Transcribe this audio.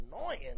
annoying